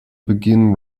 begin